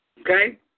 okay